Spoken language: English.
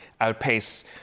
outpace